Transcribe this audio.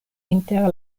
inter